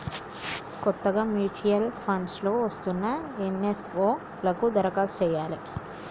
కొత్తగా mutual funds లో వస్తున్న ఎన్.ఎఫ్.ఓ లకు దరఖాస్తు చెయ్యాలే